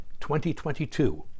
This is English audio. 2022